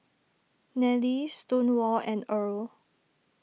Nellie Stonewall and Earl